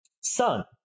Son